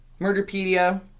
Murderpedia